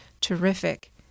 terrific